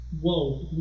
Whoa